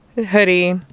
Hoodie